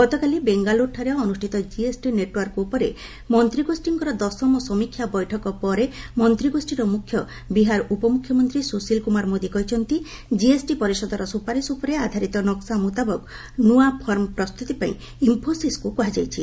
ଗତକାଲି ବେଙ୍ଗାଲୁରୁଠାରେ ଅନୁଷ୍ଠିତ ଜିଏସ୍ଟି ନେଟ୍ୱର୍କ ଉପରେ ମନ୍ତ୍ରୀଗୋଷ୍ଠୀଙ୍କର ଦଶମ ସମୀକ୍ଷା ବୈଠକ ପରେ ମନ୍ତ୍ରୀଗୋଷ୍ଠୀର ମୁଖ୍ୟ ବିହାର ଉପମୁଖ୍ୟମନ୍ତୀ ସୁଶିଲ୍ କୁମାର ମୋଦି କହିଛନ୍ତି କିଏସ୍ଟି ପରିଷଦର ସୁପାରିସ ଉପରେ ଆଧାରିତ ନକ୍ସା ମୁତାବକ ନୂଆ ଫର୍ମ ପ୍ରସ୍ତୁତିପାଇଁ ଇନ୍ଫୋସିସ୍କୁ କୁହାଯାଇଛି